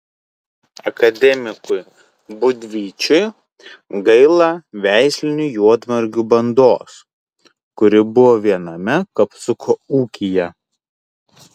akademikui būdvyčiui gaila veislinių juodmargių bandos kuri buvo viename kapsuko ūkyje